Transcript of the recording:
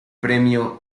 premio